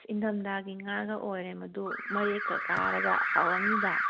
ꯏꯪꯊꯝꯊꯥꯒꯤ ꯉꯥꯒ ꯑꯣꯏꯔꯦ ꯃꯗꯨ ꯃꯔꯦꯛꯀ ꯀꯥꯔꯒ ꯍꯥꯎꯔꯝꯅꯤꯗ